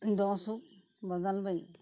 দ চুক বজালবাৰী